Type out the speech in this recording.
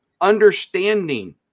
understanding